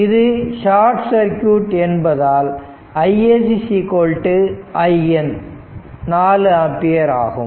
இது short circuit என்பதால் iSC IN 4 ampere ஆகும்